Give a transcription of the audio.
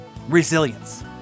resilience